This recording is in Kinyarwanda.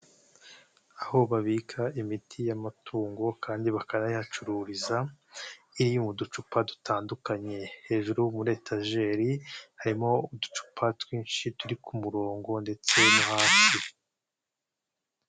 Aho babika imiti y'amatungo kandi bakayahacururiza, iri mu ducupa dutandukanye hejuru muri etajeri harimo uducupa twinshi turi ku murongo ndetse no hasi.